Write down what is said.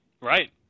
Right